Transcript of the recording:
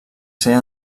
ser